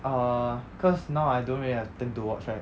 err cause now I don't really have time to watch right